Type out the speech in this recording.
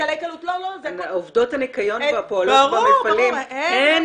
עובדות הניקיון והפועלות במפעלים הן אלה